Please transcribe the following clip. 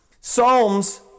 Psalms